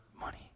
money